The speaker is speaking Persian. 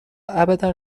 ابدا